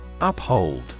Uphold